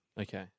Okay